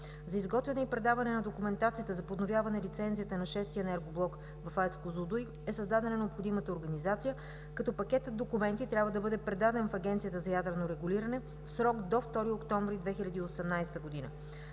За изготвяне и предаване на документацията за подновяване лицензията на VІ-ти енергоблок в АЕЦ „Козлодуй“ е създадена необходимата организация като пакетът от документи трябва да бъде предаден в Агенцията за ядрено регулиране в срок до 2 октомври 2018 г.